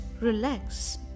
relax